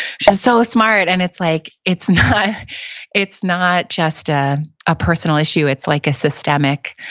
which is so smart. and it's like, it's not it's not just ah a personal issue it's like a systemic